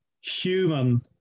human